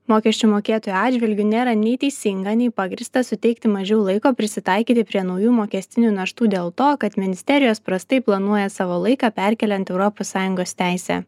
mokesčių mokėtojų atžvilgiu nėra nei teisinga nei pagrįsta suteikti mažiau laiko prisitaikyti prie naujų mokestinių naštų dėl to kad ministerijos prastai planuoja savo laiką perkeliant europos sąjungos teisę